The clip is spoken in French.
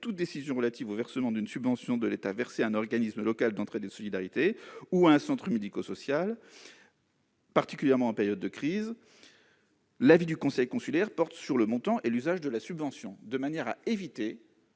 toute décision relative au versement d'une subvention de l'État versée à un organisme local d'entraide et de solidarité ou à un centre médico-social, particulièrement en période de crise. L'avis du conseil consulaire portera sur le montant et l'usage de la subvention de manière à éviter